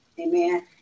Amen